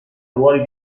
ruoli